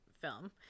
film